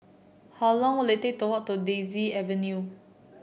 how long will it take to walk to Daisy Avenue